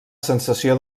sensació